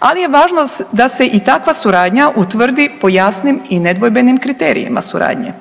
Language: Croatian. ali je važno da se i takva suradnja utvrdi po jasnim i nedvojbenim kriterijima suradnje.